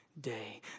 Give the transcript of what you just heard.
day